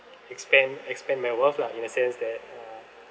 expand expand my worth lah in a sense that uh